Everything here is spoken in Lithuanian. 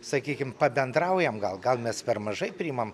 sakykim pabendraujam gal gal mes per mažai priimam